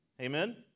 Amen